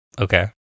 Okay